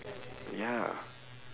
ya